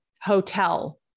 Hotel